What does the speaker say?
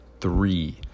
three